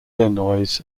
illinois